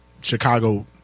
Chicago